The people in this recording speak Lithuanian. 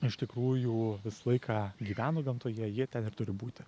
iš tikrųjų visą laiką gyveno gamtoje jie ten ir turi būti